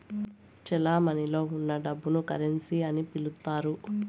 చెలమణిలో ఉన్న డబ్బును కరెన్సీ అని పిలుత్తారు